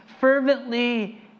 fervently